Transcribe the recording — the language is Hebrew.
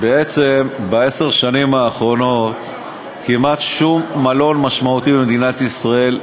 בעצם בעשר השנים האחרונות לא נבנה כמעט שום מלון משמעותי במדינת ישראל.